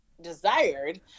desired